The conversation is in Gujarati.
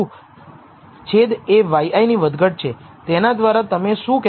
છેદ એ yi ની વધઘટ છે તેના દ્વારા તમે શું કહેશો